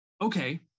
okay